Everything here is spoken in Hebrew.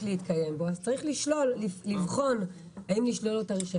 להתקיים בו אז צריך לבחון האם לשלול לו את הרישיון.